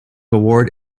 award